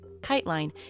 KiteLine